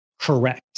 correct